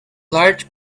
large